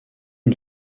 une